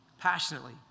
passionately